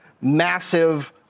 massive